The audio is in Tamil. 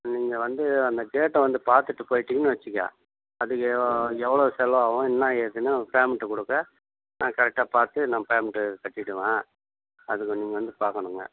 நீங்கள் வந்து அந்த கேட்டை வந்து பார்த்துட்டு போய்ட்டிங்கன்னு வைச்சிக்க அதுக்கு எவ்வளோ செலவாகும் என்ன ஏதுன்னு ஃபேமெண்ட்டு கொடுக்க நான் கரெக்டா பார்த்து நான் பேமெண்ட்டு கட்டிவிடுவேன் அது கொஞ்சம் வந்து பார்க்கணுங்க